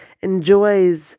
enjoys